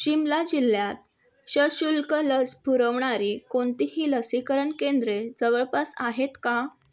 शिमला जिल्ह्यात सशुल्क लस पुरवणारी कोणतीही लसीकरण केंद्रे जवळपास आहेत का